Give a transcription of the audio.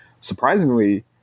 surprisingly